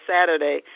Saturday